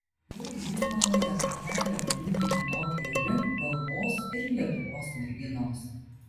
jau jūrmaloje apie kelią olimpinio tokijo link galvos ir lietuvos merginos